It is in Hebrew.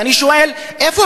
ואני שואל: איפה